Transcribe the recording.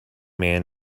man